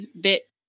bit